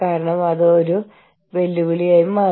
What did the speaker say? multi national യൂണിയനുകൾ